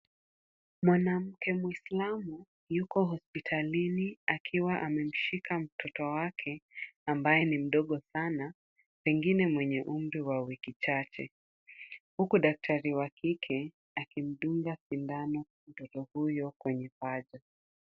Mwanamke muislamu yuko hospitalini akiwa amemshika mtoto wake ambaye ni mdogo sana pengine mwenye umri wa wiki chache huku daktari wa kike akimdunga sindano mtoto huyo kwenye paja.